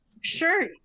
Sure